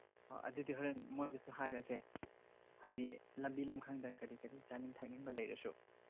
ꯑꯣ ꯑꯗꯨꯗꯤ ꯍꯣꯔꯦꯟ ꯃꯣꯏꯗꯁꯨ ꯍꯥꯏꯔꯁꯦ ꯍꯥꯏꯗꯤ ꯂꯝꯕꯤ ꯂꯝꯈꯥꯡꯗ ꯀꯔꯤ ꯀꯔꯤ ꯆꯥꯅꯤꯡ ꯊꯛꯅꯤꯡꯕ ꯂꯩꯔꯁꯨ